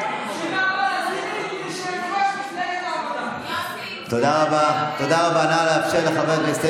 הלוואי שמדינת ישראל תזכה שנעמה לזימי תהיה יושבת-ראש מפלגת העבודה.